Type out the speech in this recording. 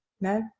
No